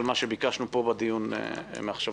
אני פותח את הדיון בנושא